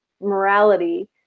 morality